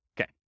Okay